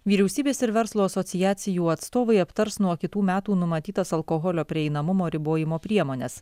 vyriausybės ir verslo asociacijų atstovai aptars nuo kitų metų numatytas alkoholio prieinamumo ribojimo priemones